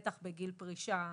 בטח בגיל פרישה.